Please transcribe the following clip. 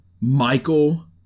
Michael